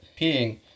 peeing